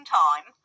time